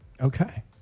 Okay